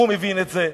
הוא מבין את זה,